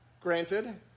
granted